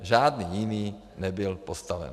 Žádný jiný nebyl postaven.